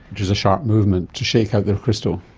which is a sharp movement to shake out the crystal.